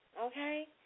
okay